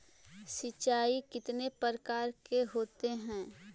सिंचाई कितने प्रकार के होते हैं?